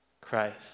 Christ